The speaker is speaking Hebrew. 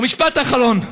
ומשפט אחרון.